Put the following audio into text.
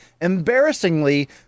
embarrassingly